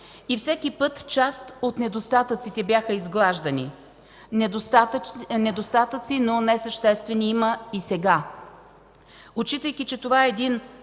и всеки път част от недостатъците бяха изглаждани. Недостатъци, но не съществени има и сега. Отчитайки, че това е един